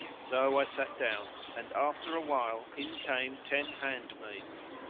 so i sat down and, after a while, in came ten hand maidens,